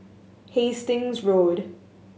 Hastings Road